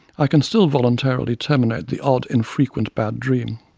i can still voluntarily terminate the odd, infrequent, bad dream.